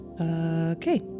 Okay